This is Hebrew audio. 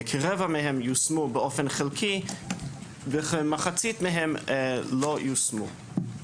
כרגע מהן יושמו באופן חלקי וכמחצית מהן לא יושמו.